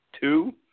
two